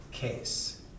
case